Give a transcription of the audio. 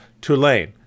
Tulane